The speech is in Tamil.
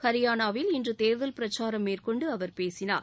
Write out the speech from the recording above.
ஹரியானாவில் இன்று தேர்தல் பிரச்சாரம் மேற்கொண்டு அவர் பேசினார்